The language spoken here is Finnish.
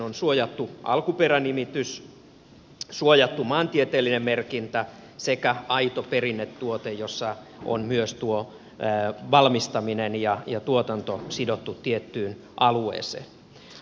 on suojattu alkuperänimitys suojattu maantieteellinen merkintä sekä aito perinnetuote jossa on myös tuo valmistaminen ja tuotanto sidottu tiettyyn alueeseen